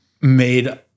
made